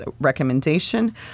recommendation